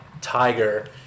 tiger